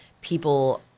people